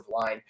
line